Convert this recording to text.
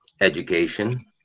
education